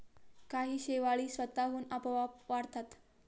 काही शेवाळी स्वतःहून आपोआप वाढतात